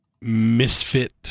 misfit